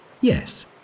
yes